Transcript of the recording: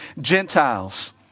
Gentiles